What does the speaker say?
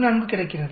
44 கிடைக்கிறது